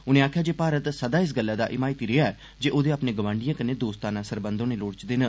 उनें आखेआ जे भारत सदा इस गल्ल दा हिमायती रेया ऐ जे ओह्दे अपने गवांडिएं कन्नै दोस्ताना सरबंध होने लोड़चदे न